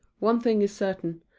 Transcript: one thing is certain,